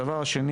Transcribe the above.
הדבר השני